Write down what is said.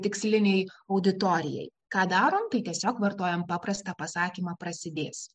tiksliniai auditorijai ką darom tai tiesiog vartojam paprastą pasakymą prasidės